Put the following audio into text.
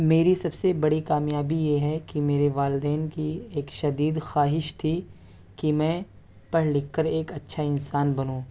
میری سب سے بڑی کامیابی یہ ہے کہ میرے والدین کی ایک شدید خواہش تھی کہ میں پڑھ لکھ کر ایک اچھا انسان بنوں